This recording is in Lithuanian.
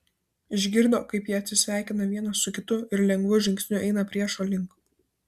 išgirdo kaip jie atsisveikina vienas su kitu ir lengvu žingsniu eina priešo link